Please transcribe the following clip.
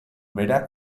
bera